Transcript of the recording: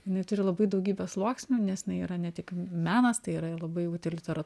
jinai turi labai daugybę sluoksnių nes jinai yra ne tik menas tai yra labai utilitara